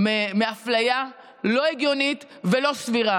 מאפליה לא הגיונית ולא סבירה